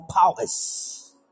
powers